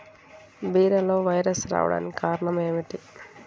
బీరలో వైరస్ రావడానికి కారణం ఏమిటి?